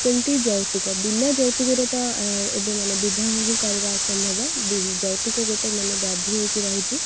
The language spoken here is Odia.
ସେମିତି ଯୌତୁକ ବିନା ଯୌତୁକରେ ତ ଆଁ ଏବେ ମାନେ ବିବାହ ହିଁ କରିବା ଅସମ୍ଭବ ଯୌତୁକ ଗୋଟେ ମାନେ ବ୍ୟାଧି ହୋଇକି ରହିଛି